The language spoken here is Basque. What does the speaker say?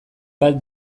bat